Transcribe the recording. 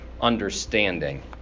understanding